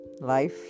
life